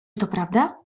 prawda